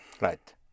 Right